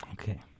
Okay